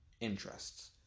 interests